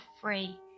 free